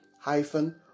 hyphen